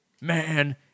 Man